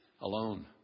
alone